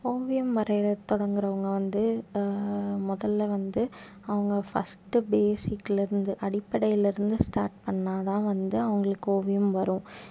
ஓவியம் வரைய தொடங்கிறவங்க வந்து முதல்ல வந்து அவங்க ஃபஸ்ட்டு பேசிக்லிருந்து அடிப்படைலிருந்து ஸ்டார்ட் பண்ணிணா தான் வந்து அவர்களுக்கு ஓவியம் வரும்